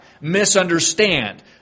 misunderstand